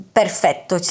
perfetto